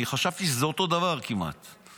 אני חשבתי שזה אותו הדבר כמעט,